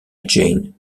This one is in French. jane